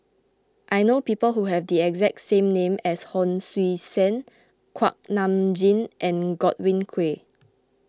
I know people who have the exact name as Hon Sui Sen Kuak Nam Jin and Godwin Koay